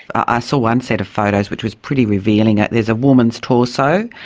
ah saw one set of photos which was pretty revealing, there's a woman's torso,